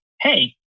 hey